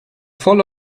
voll